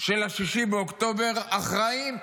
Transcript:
של 6 באוקטובר אחראים,